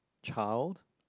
child